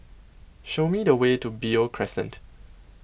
show me the way to Beo Crescent